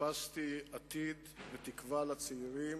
חיפשתי עתיד ותקווה לצעירים